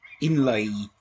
inlay